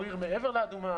או עיר מעבר לאדומה,